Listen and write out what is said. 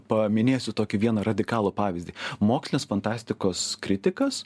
paminėsiu tokį vieną radikalų pavyzdį mokslinės fantastikos kritikas